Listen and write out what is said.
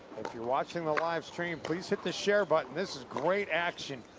if you're watching the livestream please hit the share button. this is great action.